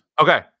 Okay